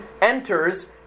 enters